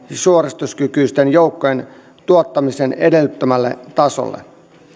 ja suorituskykyisten joukkojen tuottamisen edellyttämälle tasolle